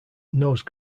nose